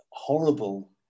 horrible